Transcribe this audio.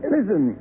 Listen